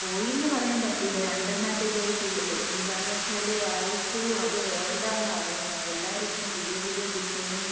പോയി എന്ന് പറയാൻ പറ്റില്ല രണ്ട് എണ്ണം ആ മറ്റേ പോയിട്ടുള്ളൂ എന്താണെന്ന് വച്ചാൽ ആരിക്കും അത് വേണ്ട എന്നാണ് പറയുന്നത് എല്ലാവരു ഇപ്പം പുതിയ പുതിയ ഡിസൈന്